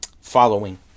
following